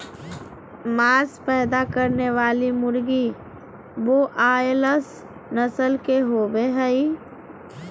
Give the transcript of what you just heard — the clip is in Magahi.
मांस पैदा करने वाली मुर्गी ब्रोआयालर्स नस्ल के होबे हइ